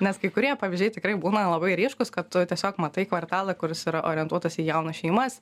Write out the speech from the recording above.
nes kai kurie pavyzdžiai tikrai būna labai ryškūs kad tu tiesiog matai kvartalą kuris yra orientuotas į jaunas šeimas